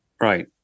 Right